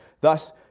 Thus